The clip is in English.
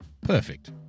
perfect